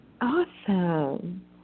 Awesome